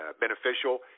beneficial